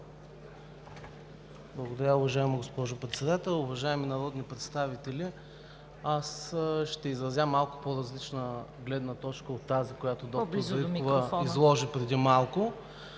Благодаря, уважаема госпожо Председател. Уважаеми народни представители, аз ще изразя малко по-различна гледна точка от тази, която доктор Дариткова изложи преди малко.